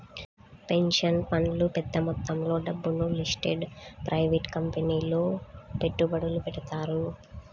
pension ఫండ్లు పెద్ద మొత్తంలో డబ్బును లిస్టెడ్ ప్రైవేట్ కంపెనీలలో పెట్టుబడులు పెడతారు